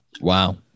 Wow